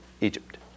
Egypt